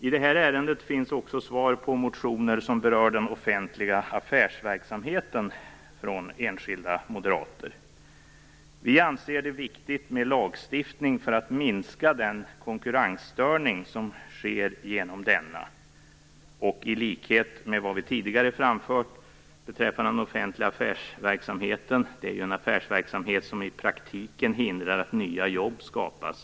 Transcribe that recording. I det här ärendet finns också svar på motioner från enskilda moderater som berör den offentliga affärsverksamheten. Vi anser att det är viktigt med lagstiftning för att minska den konkurrensstörning som sker genom denna, i likhet med vad vi tidigare framfört beträffande den offentliga affärsverksamheten. Det är ju en affärsverksamhet som i praktiken hindrar att nya jobb skapas.